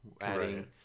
adding